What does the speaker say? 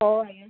ହେଉ ଆଜ୍ଞା